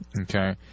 Okay